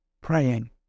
praying